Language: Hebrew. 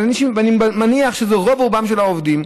ואני מניח שאלו רוב-רובם של העובדים,